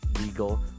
legal